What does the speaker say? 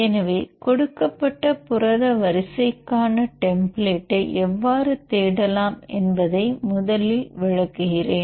எனவே கொடுக்கப்பட்ட புரத வரிசைக்கான டெம்பிளேட்டை எவ்வாறு தேடலாம் என்பதை முதலில் விளக்குகிறேன்